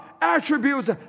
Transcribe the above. attributes